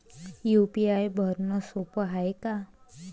UPI भरनं सोप हाय का?